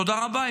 תודה רבה,